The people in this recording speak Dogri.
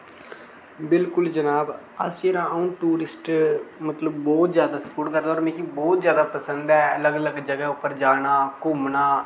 बिल्कुल जनाब अस ना अऊं टूरिस्ट मतलब बहुत ज्यादा सपोर्ट करदा और मिकी बहुत ज्यादा पसंद ऐ लग्ग लग्ग जगह उप्पर जाना घुम्मना